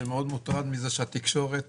שמאוד מוטרד מזה שהתקשורת